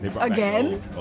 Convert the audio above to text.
Again